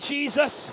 Jesus